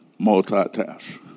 multitask